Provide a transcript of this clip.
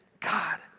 God